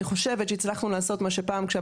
אני חושבת שהצלחנו לעשות מה שפעם כאשר